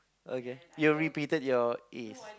okay you repeated your A's